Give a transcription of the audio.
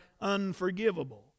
unforgivable